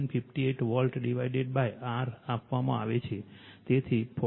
85 volt divided R આપવામાં આવે છે તેથી 14